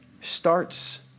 starts